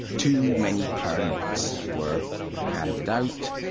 too many permits were handed out.